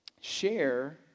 Share